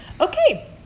Okay